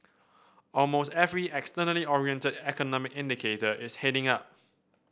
almost every externally oriented economic indicator is heading up